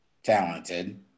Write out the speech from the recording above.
talented